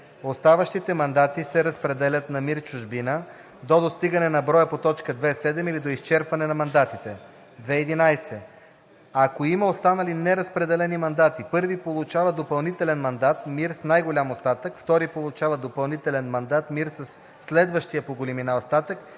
Оставащите мандати се разпределят на МИР „Чужбина“ до достигане на броя по т. 2.7 или до изчерпване на мандатите. 2.11. Ако има останали неразпределени мандати, първи получава допълнителен мандат МИР с най-голям остатък, втори получава допълнителен мандат МИР със следващия по големина остатък